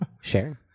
share